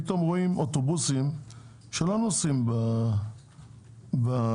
פתאום רואים אוטובוסים שלא נוסעים איפה